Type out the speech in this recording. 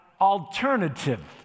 alternative